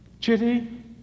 Chitty